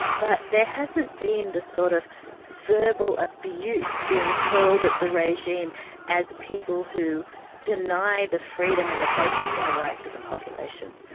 but there hasn't been the sort of verbal abuse being hurled at the regime as people who deny the freedom and the basic human rights of the population.